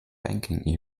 banking